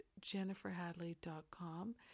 jenniferhadley.com